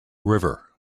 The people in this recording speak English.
river